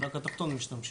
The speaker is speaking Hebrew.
התחתון משתמשים.